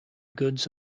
goods